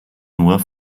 nur